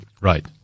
Right